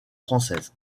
française